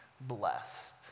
blessed